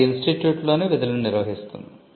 అది ఇన్స్టిట్యూట్లోనే విధులను నిర్వహిస్తుంది